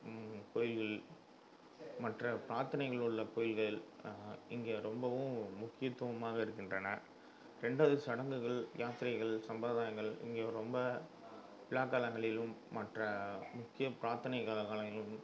கோயில்கள் மற்ற பிரார்த்தனைகள் உள்ள கோயில்கள் இங்க ரொம்பவும் முக்கியத்துவமாக இருக்கின்றன ரெண்டாவது சடங்குகள் யாத்திரைகள் சம்பிரதாயங்கள் இங்கே ரொம்ப விழாக்காலங்களிலும் மற்ற முக்கிய பிரார்த்தனை காலங்களிலும்